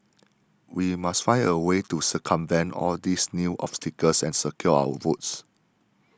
we must find a way to circumvent all these new obstacles and secure our votes